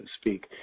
speak